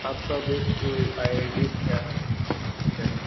आपका बेस्ट वह डिश क्या है सबसे अच्छा